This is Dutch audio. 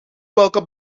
welke